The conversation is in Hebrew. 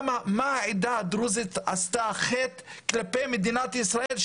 מה החטא שעשתה העדה הדרוזית כלפי מדינת ישראל,